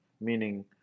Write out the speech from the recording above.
Meaning